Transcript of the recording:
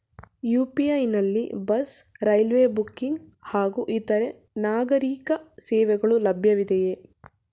UPI ನಲ್ಲಿ bus, railway booking ಹಾಗೂ ಇತರೆ ನಾಗರೀಕ ಸೇವೆಗಳು ಲಭ್ಯವಿದೆಯೇ?